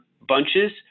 bunches